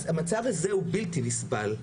אז המצב הזה הוא בלתי נסבל.